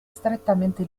strettamente